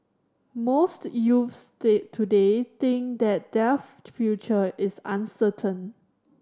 most youths day today think that their future is uncertain